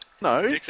No